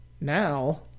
now